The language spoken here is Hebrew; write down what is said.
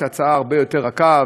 שהיא הצעה הרבה יותר רכה,